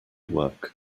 work